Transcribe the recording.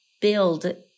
build